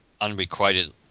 unrequited